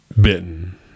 Bitten